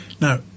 Now